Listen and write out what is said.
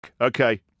Okay